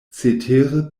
cetere